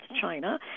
China